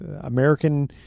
American –